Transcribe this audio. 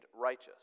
righteous